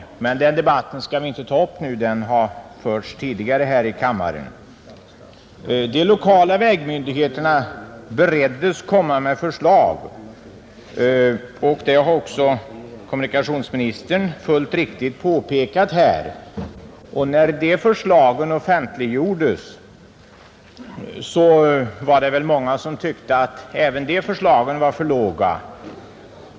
Den debatten 138 skall vi emellertid inte ta upp nu; den har förts tidigare här i kammaren, De lokala vägmyndigheterna bereddes tillfälle att komma med förslag, såsom kommunikationsministern helt riktigt påpekade. När de förslagen offentliggjordes var det många som tyckte att de föreslagna fartgränserna var för låga.